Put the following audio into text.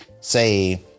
say